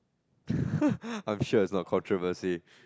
I'm sure it's not called